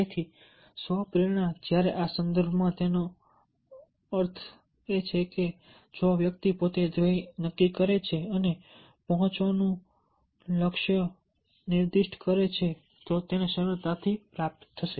તેથી સ્વ પ્રેરણા જ્યારે આ સંદર્ભમાં તેનો અર્થ એ છે કે જો વ્યક્તિ પોતે ધ્યેય નક્કી કરે છે અને પહોંચવા માટેનું લક્ષ્ય નિર્દિષ્ટ કરે છે તો તે તેને સરળતાથી પ્રાપ્ત કરશે